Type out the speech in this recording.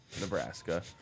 Nebraska